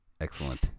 Excellent